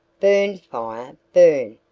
burn fire, burn,